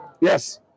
Yes